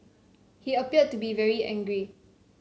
he appeared to be very angry